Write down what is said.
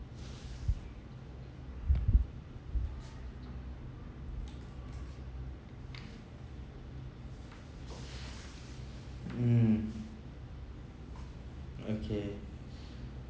mm okay